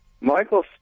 Michael